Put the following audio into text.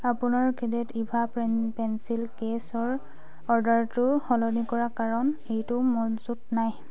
আপোনাৰ cadet Eva pen pencil কেছৰ অৰ্ডাৰটো সলনি কৰা কাৰণ এইটো মজুত নাই